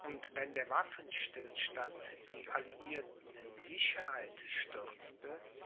und wenn der waffenstillstand die alliierten in sicherheit stürzte